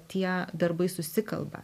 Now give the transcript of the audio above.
tie darbai susikalba